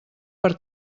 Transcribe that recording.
per